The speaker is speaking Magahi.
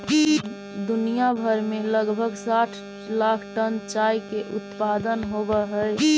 दुनिया भर में लगभग साठ लाख टन चाय के उत्पादन होब हई